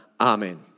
Amen